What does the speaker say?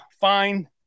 fine